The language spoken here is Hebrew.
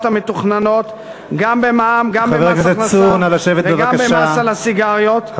המתוכננות גם במע"מ וגם במס הכנסה וגם במס על הסיגריות,